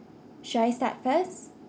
should I start first